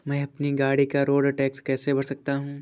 मैं अपनी गाड़ी का रोड टैक्स कैसे भर सकता हूँ?